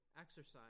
exercise